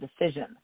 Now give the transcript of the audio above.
decision